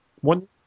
one